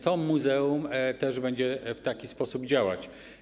To muzeum też będzie w taki sposób działać.